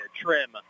trim